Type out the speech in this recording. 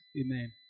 Amen